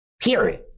period